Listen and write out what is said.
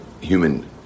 human